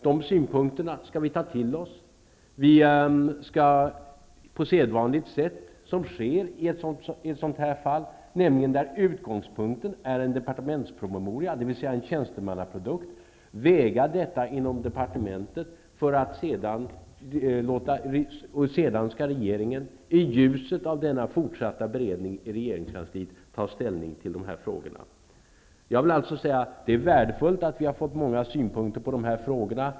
De synpunkterna skall vi ta till oss. Vi skall på sedvanligt sätt som sker när utgångspunkten är en departementspromemoria, dvs. en tjänstemannaprodukt, väga dessa inom departementet, och sedan skall regeringen i ljuset av denna fortsatta beredning i regeringskansliet ta ställning till dessa frågor. Det är värdefullt att vi har fått många synpunkter på dessa frågor.